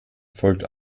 folgt